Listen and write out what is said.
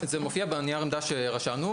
זה מופיע בנייר עמדה שרשמנו.